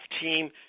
team